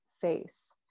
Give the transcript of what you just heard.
face